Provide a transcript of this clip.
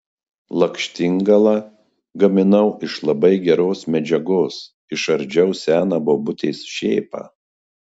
lakštingalą gaminau iš labai geros medžiagos išardžiau seną bobutės šėpą